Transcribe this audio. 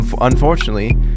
unfortunately